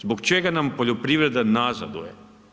Zbog čega nam poljoprivreda nazaduje?